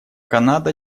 канада